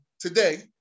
today